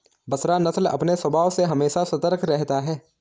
बसरा नस्ल अपने स्वभाव से हमेशा सतर्क रहता है